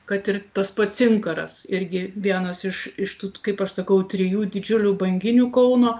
kad ir tas pats inkaras irgi vienas iš iš tų kaip aš sakau trijų didžiulių banginių kauno